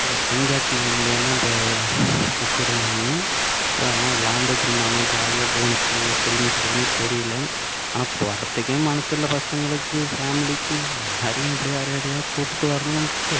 கண்காட்சிகள் மூலியமாக இந்த வச்சிருந்தாங்க அப்புறம் எல்லாம் விளாண்ட்டருந்தானுக ஜாலியாக போணுச்சு எப்படிங்கிறதுனே தெரியலை போகிறதுக்கே மனசில்லை பசங்களுக்கு ஃபேம்லிக்கு எல்லோரையும் எப்படி ஒரேடியாக கூட்டிட்டு வரணும்னுட்டு